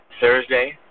Thursday